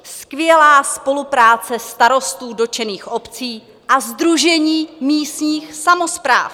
Skvělá spolupráce starostů dotčených obcí a Sdružení místních samospráv...